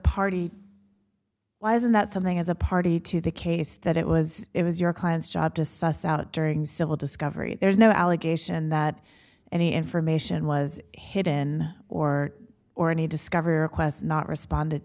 party why isn't that something as a party to the case that it was it was your client's job to suss out during civil discovery and there's no allegation that any information was hidden or or any discovery requests not responded